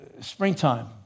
springtime